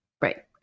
right